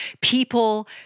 people